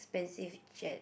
expensive jet